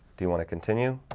do you want to continue?